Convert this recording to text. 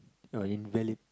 or invalid